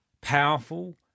powerful